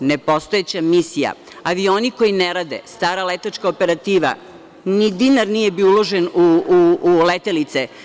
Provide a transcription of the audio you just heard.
Dakle, nepostojeća misija, avioni koji ne rade, stara letačka operativa, ni dinar nije bio uložen u letelice.